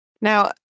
Now